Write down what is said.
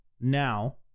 now